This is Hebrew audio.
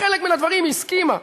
בחלק מהדברים היא הסכימה,